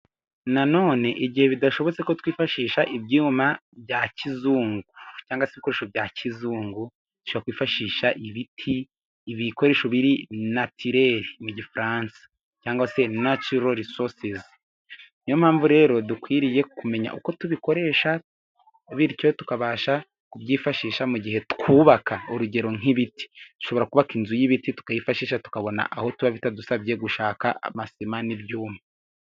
Nanone igihe bidashobotse ko twifashisha ibyuma bya kizungu cyangwa se ibikoresho bya kizungu, dushobora kwifashisha ibiti ibikoresho biri natireri mu gifaransa cyangwa se nacirorisozi, ni yo mpamvu rero dukwiriye kumenya uko tubikoresha bityo tukabasha kubyifashisha mu gihe twubaka, urugero nk'ibiti dushobora kubaka inzu y'ibiti tukayifashisha tukabona aho tuba, bitadusabye gushaka amasima n'ibyuma.